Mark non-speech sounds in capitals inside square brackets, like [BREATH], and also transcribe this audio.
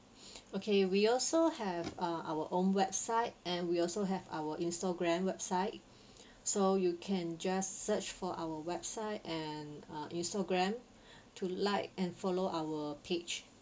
[BREATH] okay we also have uh our own website and we also have our Instagram website so you can just search for our website and uh Instagram to like and follow our page